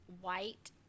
white